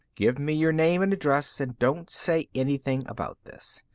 give me your name and address and don't say anything about this.